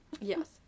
Yes